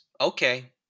Okay